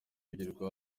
bigirira